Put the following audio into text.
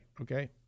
Okay